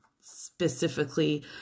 specifically